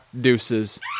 Deuces